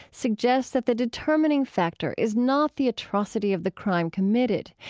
suggests that the determining factor is not the atrocity of the crime committed,